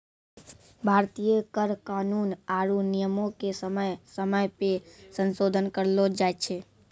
भारतीय कर कानून आरु नियमो के समय समय पे संसोधन करलो जाय छै